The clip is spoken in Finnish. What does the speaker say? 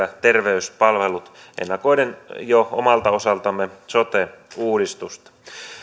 terveyspalvelut millä ennakoimme jo omalta osaltamme sote uudistusta